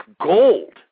gold